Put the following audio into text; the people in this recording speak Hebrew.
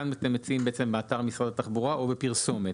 כאן אתם מציעים באתר משרד התחבורה או בפרסומת.